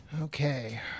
Okay